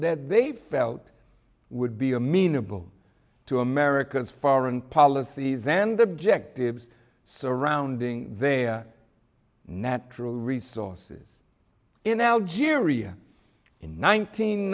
that they felt would be amenable to america's foreign policies and objectives surrounding their natural resources in algeria in